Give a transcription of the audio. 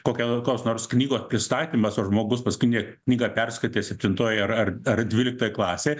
kokia koks nors knygos pristatymas o žmogus paskutinę knygą perskaitė septintoj ar ar ar dvyliktoj klasėj